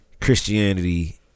Christianity